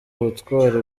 ubutwari